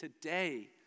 today